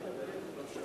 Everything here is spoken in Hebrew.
בבקשה, חבר הכנסת יעקב כץ.